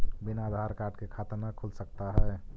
बिना आधार कार्ड के खाता न खुल सकता है?